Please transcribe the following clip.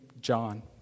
John